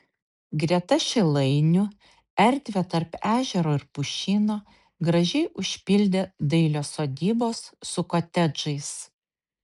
greta šilainių erdvę tarp ežero ir pušyno gražiai užpildė dailios sodybos su kotedžais